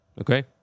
okay